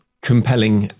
compelling